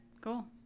cool